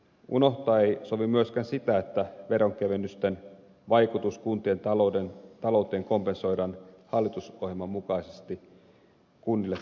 unohtaa ei sovi myöskään sitä että veronkevennysten vaikutus kuntien talouteen kompensoidaan hallitusohjelman mukaisesti kunnille täysimääräisenä